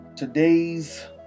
Today's